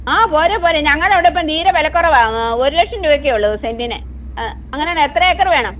ആ പോര് പോര് ഞങ്ങളെ അവിടെ ഇപ്പം തീരെ വിലക്കുറവാ ഒരു ലക്ഷം രൂപയൊക്കെയൂള്ളൂ സെൻറ്റിന് അങ്ങനെയാണെങ്കിൽ എത്ര ഏക്കറ് വേണം